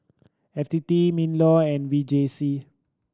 F T T MinLaw and V J C